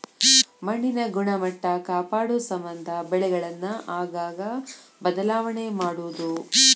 ಮಣ್ಣಿನ ಗುಣಮಟ್ಟಾ ಕಾಪಾಡುಸಮಂದ ಬೆಳೆಗಳನ್ನ ಆಗಾಗ ಬದಲಾವಣೆ ಮಾಡುದು